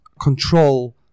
control